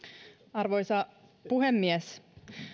arvoisa puhemies